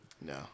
No